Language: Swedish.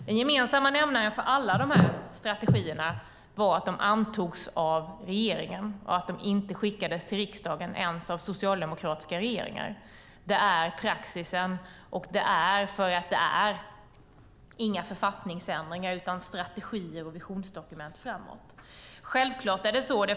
Den gemensamma nämnaren för alla de här strategierna var att de antogs av regeringen och att de inte skickades till riksdagen. Det gjorde de inte ens av socialdemokratiska regeringar. Det är praxis, och det är för att det inte är några författningsändringar utan strategier och visionsdokument framåt.